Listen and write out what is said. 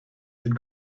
had